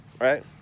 right